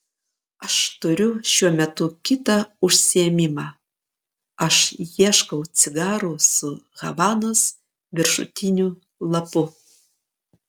aš turiu šiuo metu kitą užsiėmimą aš ieškau cigarų su havanos viršutiniu lapu